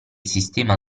sistema